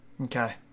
Okay